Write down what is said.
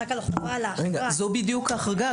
זו בדיוק ההחרגה.